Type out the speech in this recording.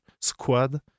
squad